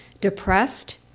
depressed